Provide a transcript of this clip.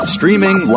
Streaming